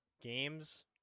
games